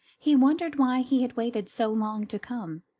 he wondered why he had waited so long to come.